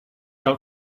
out